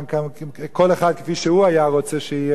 כל אחד כפי שהוא היה רוצה שיהיה,